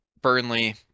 Burnley